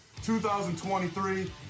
2023